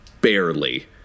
barely